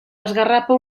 esgarrapa